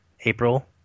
April